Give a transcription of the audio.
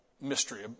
mystery